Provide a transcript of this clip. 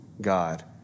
God